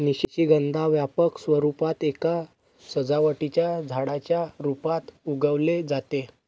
निशिगंधा व्यापक स्वरूपात एका सजावटीच्या झाडाच्या रूपात उगवले जाते